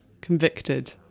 convicted